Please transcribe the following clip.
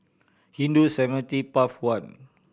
Hindu Cemetery Path One